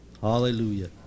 Hallelujah